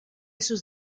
sus